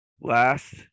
last